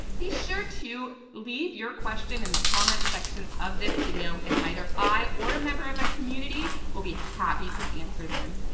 be sure to leave your question in the comment section of this video and either i or a member of a community will be happy to answer them.